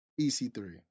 ec3